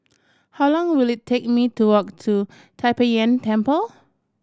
how long will it take me to walk to Tai Pei Yuen Temple